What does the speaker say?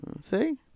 See